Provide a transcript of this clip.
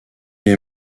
est